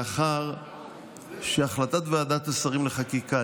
מאחר שהחלטת ועדת השרים לחקיקה,